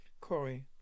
corey